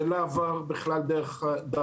זה לא עבר בכלל דרכנו,